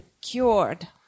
cured